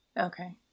Okay